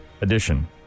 Edition